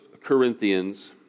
Corinthians